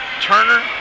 Turner